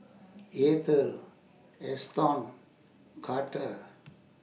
Eathel Eston Carter